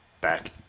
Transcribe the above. back